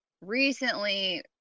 recently